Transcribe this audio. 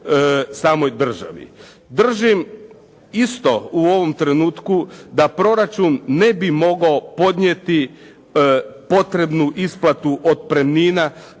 Držim isto u ovom trenutku da proračun ne bi mogao podnijeti potrebnu isplatu otpremnina